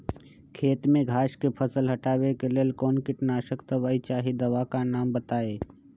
खेत में घास के फसल से हटावे के लेल कौन किटनाशक दवाई चाहि दवा का नाम बताआई?